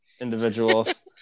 individuals